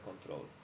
control